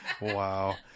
Wow